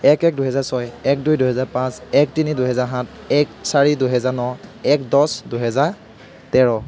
এক এক দুহেজাৰ ছয় এক দুই দুহেজাৰ পাঁচ এক তিনি দুহেজাৰ সাত এক চাৰি দুহেজাৰ ন এক দহ দুহেজাৰ তেৰ